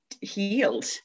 healed